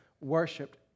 worshipped